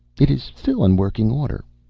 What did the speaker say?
it is still in working order.